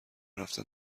رفتن